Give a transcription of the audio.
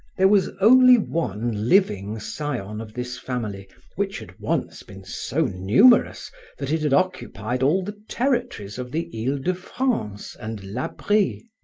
there was only one living scion of this family which had once been so numerous that it had occupied all the territories of the ile-de-france and la brie.